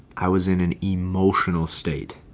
i was in an emotional state.